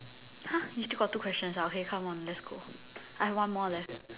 !huh! you still got two questions ah okay come on let's go I have one more left